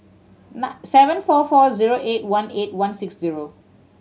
seven four four zero eight one eight one six zero